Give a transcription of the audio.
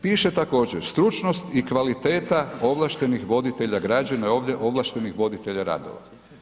Piše također, stručnost i kvaliteta ovlaštenih voditelja, ... ovdje ovlaštenih voditelja radova.